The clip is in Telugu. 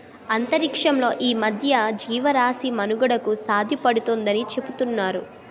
అంతరిక్షంలో ఈ మధ్యన జీవరాశి మనుగడకు సాధ్యపడుతుందాని చూతున్నారు